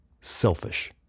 selfish